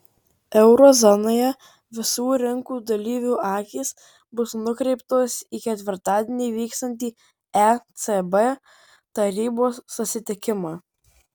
euro zonoje visų rinkų dalyvių akys bus nukreiptos į ketvirtadienį vyksiantį ecb tarybos susitikimą